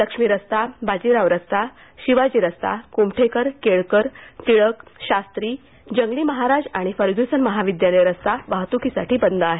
लक्ष्मी रस्ता बाजीराव रस्ता शिवाजी रस्ता क्मठेकरकेळकर टिळक शास्त्री जंगलीमहाराज आणि फर्ग्युसन महाविद्यालय रस्ता वाहत्कीसाठी बंद आहे